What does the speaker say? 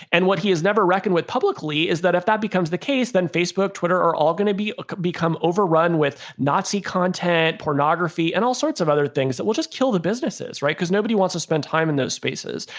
and what he has never reckoned with publicly is that if that becomes the case, then facebook, twitter are all going to be ah become overrun with nazi content, pornography and all sorts of other things that will just kill the businesses. right. because nobody wants to spend time in those spaces.